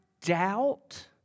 doubt